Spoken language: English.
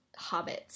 hobbits